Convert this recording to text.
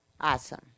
Awesome